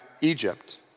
Egypt